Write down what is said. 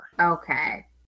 Okay